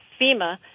FEMA